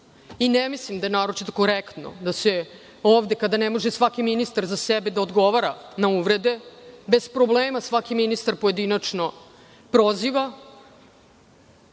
i ne mislim da je naročito korektno da se ovde, kada ne može svaki ministar za sebe da odgovara na uvrede, bez problema svaki ministar pojedinačno proziva